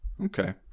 Okay